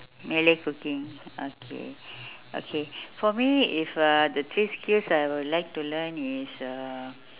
malay cooking okay okay for me if uh the three skill I would like to learn is uh